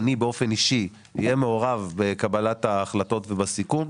אני באופן אישי אהיה מעורב בקבלת ההחלטות ובסיכום,